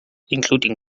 including